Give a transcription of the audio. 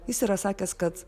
jis yra sakęs kad